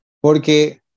Porque